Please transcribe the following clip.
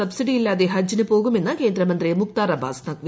സബ്സിഡിയില്ലാതെ ഹജ്ജിനു പോകുമെന്ന് കേന്ദ്രമന്ത്രി മുഖ്താർ അബ്ബാസ് നഖ്പി